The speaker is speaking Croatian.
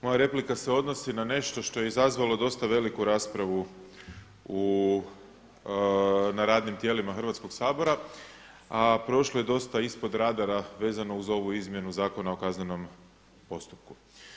Moja replika se odnosi na nešto što je izazvalo dosta veliku raspravu na radnim tijelima Hrvatskoga sabora a prošlo je dosta ispod radara vezano uz ovu izmjenu Zakona o kaznenom postupku.